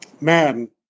man